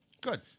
good